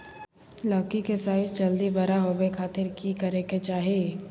लौकी के साइज जल्दी बड़ा होबे खातिर की करे के चाही?